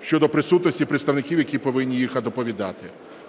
щодо присутності представників, які повинні їх доповідати.